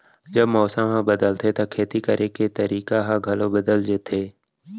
जब मौसम ह बदलथे त खेती करे के तरीका ह घलो बदल जथे?